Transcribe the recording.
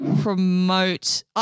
promote